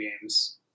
games